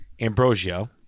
Ambrosio